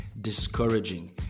discouraging